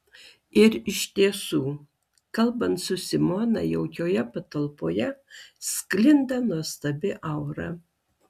ir iš tiesų kalbant su simona jaukioje patalpoje sklinda nuostabi aura